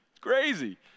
crazy